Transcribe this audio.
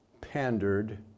pandered